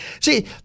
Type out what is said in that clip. see